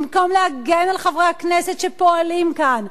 במקום להגן על חברי הכנסת שפועלים כאן,